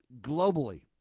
globally